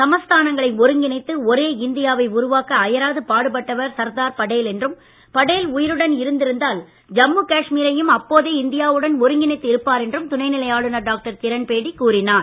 சமஸ்தானங்களை ஒருங்கிணைத்து ஒரே இந்தியாவை உருவாக்க அயராது பாடுபட்டவர் சர்தார் படேல் என்றும் படேல் உயிருடன் இருந்திருந்தால் ஜம்மு காஷ்மீரையும் அப்போதே இந்தியாவுடன் ஒருங்கிணைத்து இருப்பார் என்றும் துணைநிலை ஆளுநர் டாக்டர் கிரண்பேடி கூறினார்